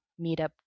meetup